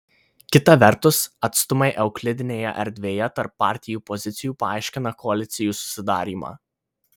kita vertus atstumai euklidinėje erdvėje tarp partijų pozicijų paaiškina koalicijų susidarymą